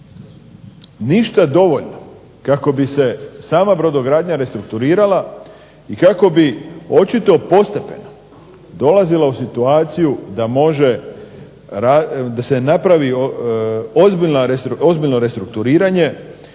ništa dovoljno, kako bi se sama brodogradnja restrukturirala i kako bi očito postepeno dolazilo u situaciju da može, da se napravi ozbiljno restrukturiranje